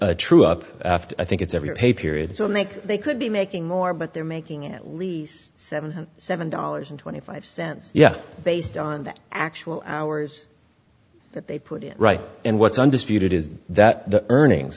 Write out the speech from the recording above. and true up after i think it's every pay period so make they could be making more but they're making at least seventy seven dollars and twenty five cents yeah based on the actual hours that they put in right and what's undisputed is that the earning